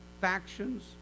factions